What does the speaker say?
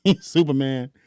Superman